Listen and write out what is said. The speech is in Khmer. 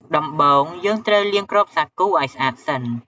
ដំបូង យើងត្រូវលាងគ្រាប់សាគូឲ្យស្អាតសិន។